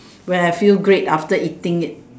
where I feel great after eating it